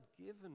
given